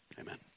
Amen